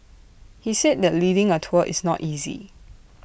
he said that leading A tour is not easy